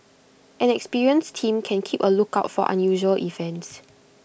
an experienced team can keep A lookout for unusual events